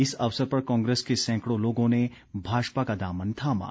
इस अवसर पर कांग्रेस के सैंकड़ों लोगों ने भाजपा का दामन थामा